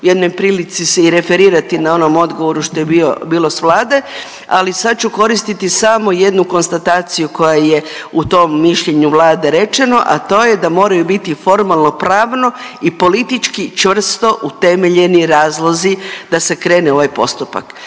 ću jednoj prilici se i referirati na onom odgovoru što je bilo s Vlade, ali sad ću koristiti samo jednu konstataciju koja je u tom mišljenju Vlade rečeno, a to je da moraju biti formalnopravno i politički čvrsto utemeljeni razlozi da se krene u ovaj postupak.